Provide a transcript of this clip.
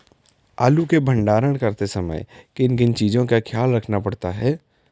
आलू के भंडारण करते समय किन किन चीज़ों का ख्याल रखना पड़ता है?